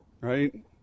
Right